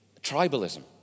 tribalism